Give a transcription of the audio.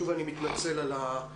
שוב, אני מתנצל על העניין.